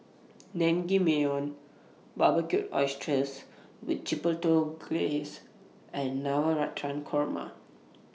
Naengmyeon Barbecued Oysters with Chipotle Glaze and Navratan Korma